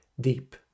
deep